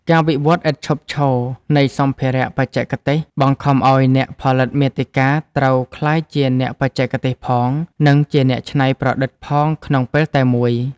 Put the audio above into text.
ការវិវត្តឥតឈប់ឈរនៃសម្ភារៈបច្ចេកទេស បង្ខំឱ្យអ្នកផលិតមាតិកាត្រូវក្លាយជាអ្នកបច្ចេកទេសផង និងជាអ្នកច្នៃប្រឌិតផងក្នុងពេលតែមួយ។